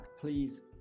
please